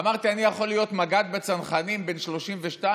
אמרתי: אני יכול להיות מג"ד בצנחנים בן 32,